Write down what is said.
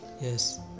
yes